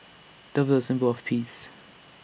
doves are A symbol of peace